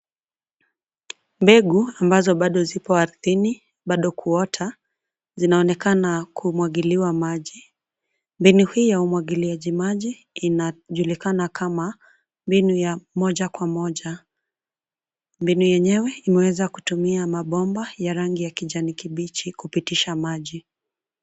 Mbegu ambazo bado zipo ardhini, bado kuota, zinaonekana kumwagiliwa maji. Mbinu hii ya umwagiliaji maji inajulikana kama mbinu ya moja kwa moja. Mbinu yenyewe imeweza kutumia mabomba ya rangi ya kijani kibichi kupitisha maji.